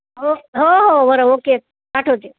हो हो हो बरं ओके पाठवते